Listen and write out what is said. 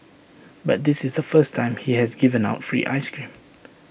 but this is the first time he has given out free Ice Cream